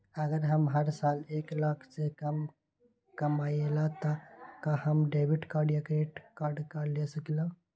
अगर हम हर साल एक लाख से कम कमावईले त का हम डेबिट कार्ड या क्रेडिट कार्ड ले सकीला?